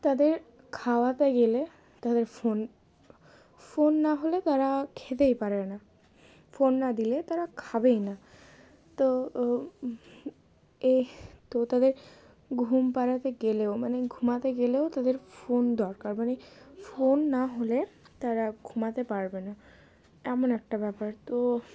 তাদের খাওয়াতে গেলে তাদের ফোন ফোন না হলে তারা খেতেই পারে না ফোন না দিলে তারা খাবেই না তো এই তো তাদের ঘুম পাড়াতে গেলেও মানে ঘুমাতে গেলেও তাদের ফোন দরকার মানে ফোন না হলে তারা ঘুমাতে পারবে না এমন একটা ব্যাপার তো